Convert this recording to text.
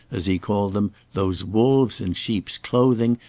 as he called them, those wolves in sheep's clothing,